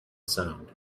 sound